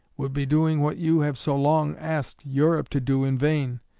would be doing what you have so long asked europe to do in vain,